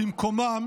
במקומם